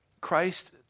Christ